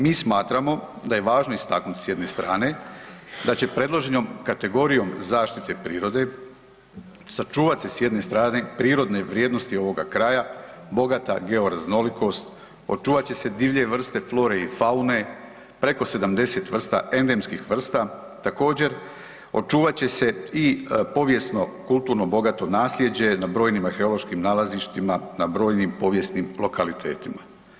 Mi smatramo da je važno istaknuti s jedne strane da će predloženom kategorijom zaštite prirode sačuvat se s jedne strane prirodne vrijednosti ovoga kraja, bogata georaznolikost, očuvat će se divlje vrste flore i faune, preko 70 vrsta endemskih vrsta, također očuvat će se i povijesno-kulturno bogato nasljeđe na brojnim arheološkim nalazištima, na brojnim povijesnim lokalitetima.